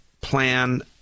plan